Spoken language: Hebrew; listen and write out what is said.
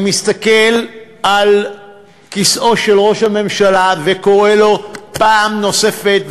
אני מסתכל על כיסאו של ראש הממשלה וקורא לו פעם נוספת,